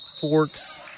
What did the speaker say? Forks